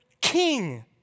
King